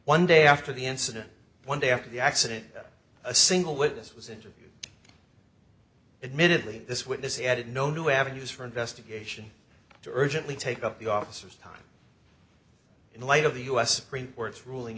one day after the incident one day after the accident a single witness was interviewed admittedly this witness added no new avenues for investigation to urgently take up the officer's time in light of the u s supreme court's ruling